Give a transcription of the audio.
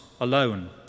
alone